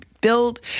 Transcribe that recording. build